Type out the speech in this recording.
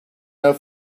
our